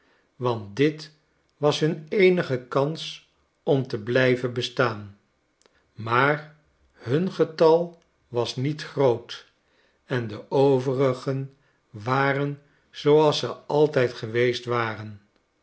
want dit was hun eenige kans omteblijven bestaan maar hun getal was niet groot en de overigen waren zooals ze altijd geweest waren